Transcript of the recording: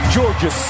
Georgia